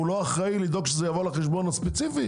הוא לא אחראי לדאוג שזה יעבור לחשבון הספציפי?